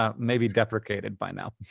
um may be deprecated by now.